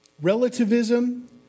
Relativism